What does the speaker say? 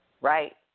right